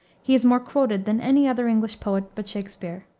he is more quoted than any other english poet, but shakspere.